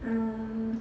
mm